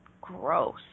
gross